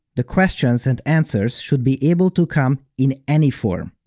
the questions and answers should be able to come in any form.